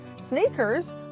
sneakers